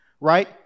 right